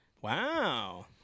Wow